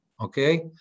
okay